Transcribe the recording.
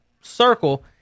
circle